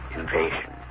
invasion